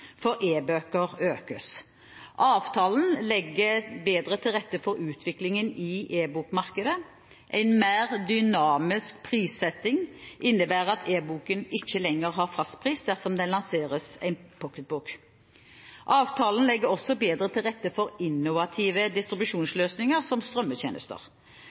for e-bøker økes. Avtalen legger bedre til rette for utviklingen i e-bokmarkedet. En mer dynamisk prissetting innebærer at e-boken ikke lenger har fastpris dersom det lanseres en pocketbok. Avtalen legger også bedre til rette for innovative distribusjonsløsninger som strømmetjenester.